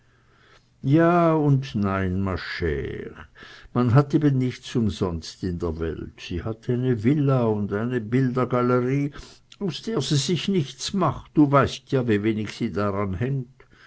ja und nein ma chre man hat eben nichts umsonst in der welt sie hat eine villa und eine bildergalerie aus der sie sich nichts macht du weißt ja wie wenig sie daran hängt